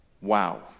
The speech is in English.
Wow